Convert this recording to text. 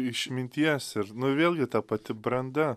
išminties ir vėlgi ta pati branda